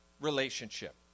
relationship